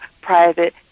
private